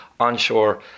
Onshore